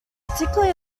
particularly